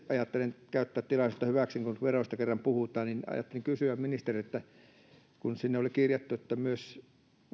ajattelin käyttää tilaisuutta hyväkseni kun veroista kerran puhutaan ajattelin kysyä ministeriltä siitä kun sinne oli kirjattu